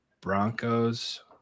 Broncos